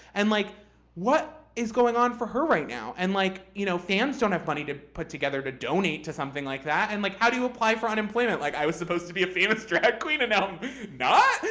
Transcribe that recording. and like what is going on for her right now? and like you know fans don't have money to put together to donate to something like that, and like how do you apply for unemployment? like i was supposed to be a famous drag queen and now i'm not?